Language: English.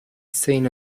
seen